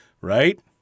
Right